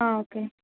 okay